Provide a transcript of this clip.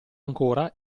ancora